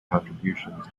contributions